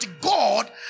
God